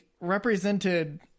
represented